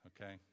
okay